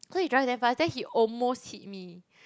cause he drive damn fast then he almost hit me